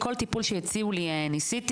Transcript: כל טיפול שהציעו לי ניסיתי.